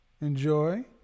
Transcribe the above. enjoy